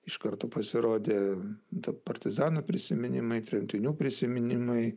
iš karto pasirodė partizanų prisiminimai tremtinių prisiminimai